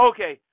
Okay